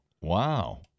wow